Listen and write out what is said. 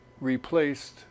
replaced